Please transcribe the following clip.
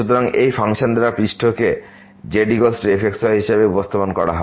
সুতরাং এই ফাংশন দ্বারা পৃষ্ঠকে z f x y হিসাবে উপস্থাপন করা হয়